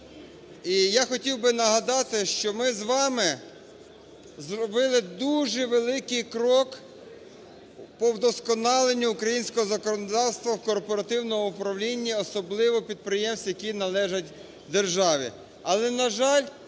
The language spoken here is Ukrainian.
І я хотів би нагадати, що ми з вами зробили уже великий крок по вдосконаленню українського законодавства в корпоративному управлінні, особливо підприємств, які належать державі.